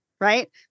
right